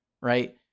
right